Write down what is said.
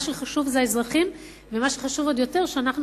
מה שחשוב זה האזרחים ומה שחשוב עוד יותר הוא שאנחנו,